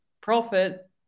profit